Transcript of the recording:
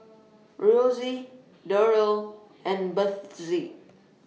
Rosie Durell and Bethzy